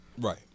right